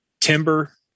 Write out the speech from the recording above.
timber